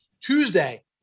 Tuesday